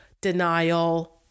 denial